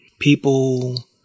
People